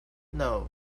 know